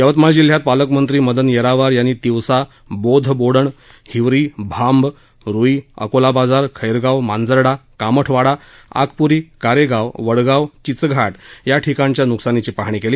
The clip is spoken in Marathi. यवतमाळ जिल्ह्यात पालकमंत्री मदन येरावार यांनी तिवसा बोधबोडण हिवरी भांब रुई अकोलाबाजार खैरगाव मांजर्डा कामठवाडा आकपूरी कारेगाव वडगाव चिचघा या ठिकाणच्या नकसानीची पाहणी केली